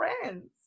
friends